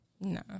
no